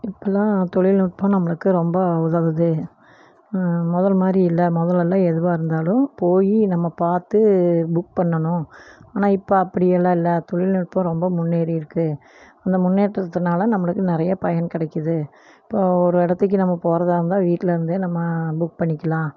இப்பெலாம் தொழில்நுட்பம் நம்மளுக்கு ரொம்ப உதவுது முதல்ல மாதிரி இல்லை முதல்லலாம் எதுவாக இருந்தாலும் போய் நம்ம பார்த்து புக் பண்ணணும் ஆனால் இப்போ அப்படியெல்லாம் இல்லை தொழில்நுட்பம் ரொம்ப முன்னேறி இருக்குது இந்த முன்னேற்றத்துனால் நம்மளுக்கு நிறைய பயன் கிடைக்குது இப்போ ஒரு இடத்துக்கு நம்ம போகிறதா இருந்தால் வீட்டில் இருந்தே நம்ம புக் பண்ணிக்கலாம்